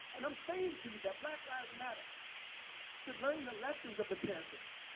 and i'm saying to you that black lives matter should learn the lessons of the panthers.